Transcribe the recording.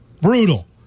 Brutal